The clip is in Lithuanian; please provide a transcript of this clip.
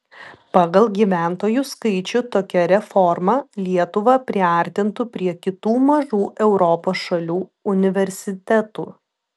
pagal gyventojų skaičių tokia reforma lietuvą priartintų prie kitų mažų europos šalių universitetų